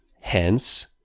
Hence